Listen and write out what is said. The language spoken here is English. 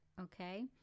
Okay